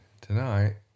tonight